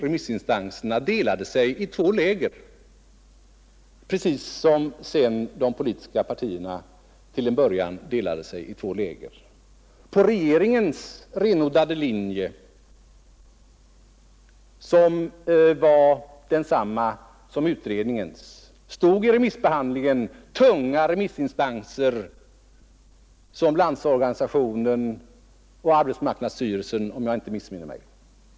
Remissinstanserna delade sig i två läger, precis som de politiska partierna till en början gjorde. På regeringens renodlade linje, som var densamma som utredningens, stod vid remissbehandlingen två så tunga remissinstanser som Landsorganisationen och arbetsmarknadsstyrelsen — om jag nu inte missminner mig.